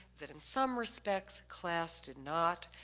that in some respects class did not,